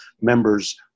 members